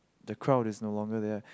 the crowd is no longer there